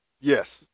Yes